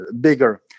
bigger